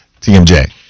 TMJ